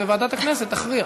וועדת הכנסת תכריע.